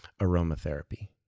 aromatherapy